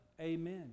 amen